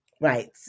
Right